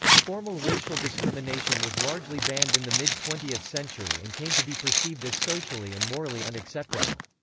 formal racial discrimination was largely banned in the mid twentieth century and came to be perceived as socially and morally unacceptable.